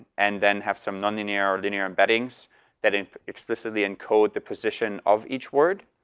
and then have some nonlinear or linear embeddings that explicitly encode the position of each word.